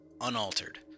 unaltered